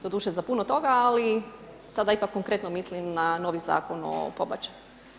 Doduše za puno toga, ali sada ipak konkretno mislim na novi Zakon o pobačaju.